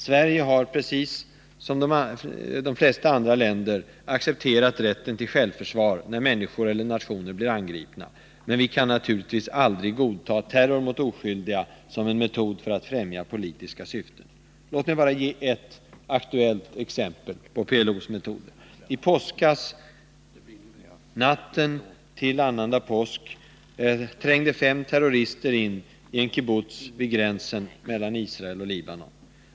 Sverige har precis som de flesta andra länder accepterat rätten till självförsvar när människor eller nationer blir angripna, men vi kan naturligtvis aldrig godkänna terror mot oskyldiga som en metod för att främja politiska syften. Låt mig bara ge ett aktuellt exempel på PLO:s metoder. I påskas, natten till annandag påsk, trängde fem terrorister in på en kibbutz vid gränsen mellan Israel och Libanon.